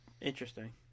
Interesting